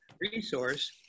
resource